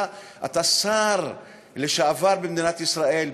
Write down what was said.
אתה שר לשעבר במדינת ישראל,